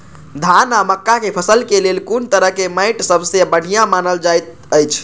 धान आ मक्का के फसल के लेल कुन तरह के माटी सबसे बढ़िया मानल जाऐत अछि?